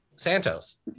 santos